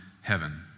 heaven